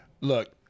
Look